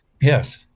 yes